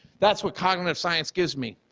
that's what cognitive science gives me.